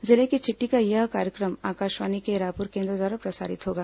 जिले की चिट्ठी का यह कार्यक्रम आकाशवाणी के रायपुर केंद्र द्वारा प्रसारित होगा